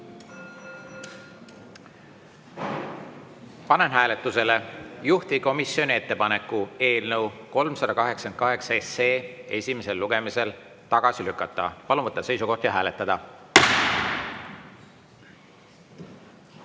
hääletusele juhtivkomisjoni ettepaneku eelnõu 388 esimesel lugemisel tagasi lükata. Palun võtta seisukoht ja hääletada!